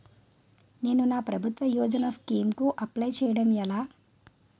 నేను నా ప్రభుత్వ యోజన స్కీం కు అప్లై చేయడం ఎలా?